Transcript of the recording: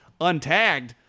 untagged